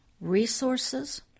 resources